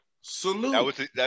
Salute